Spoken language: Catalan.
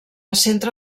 centre